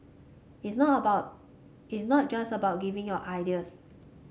it's not about is not just about giving your ideas